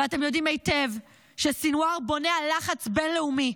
ואתם יודעים היטב, שסנוואר בונה על לחץ בין-לאומי,